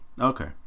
okay